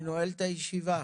אני נועל את הישיבה.